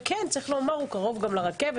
וכן, צריך לומר שהוא קרוב גם לרכבת.